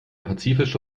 pazifische